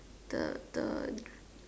the the